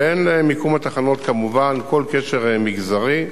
ואין למיקום התחנות, כמובן, כל קשר מגזרי.